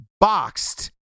boxed